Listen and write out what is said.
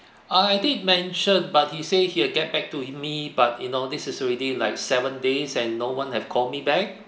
I did mention but he say he will get back to me but you know this is already like seven days and no one have call me back